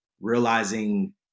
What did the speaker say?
realizing